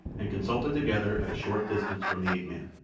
and consulted together at a short distance from the ape-man,